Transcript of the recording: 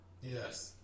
yes